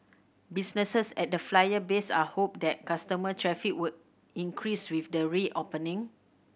businesses at the Flyer's base are hopeful that customer traffic will increase with the reopening